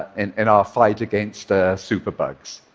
and in our fight against superbugs.